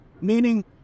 meaning